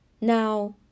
Now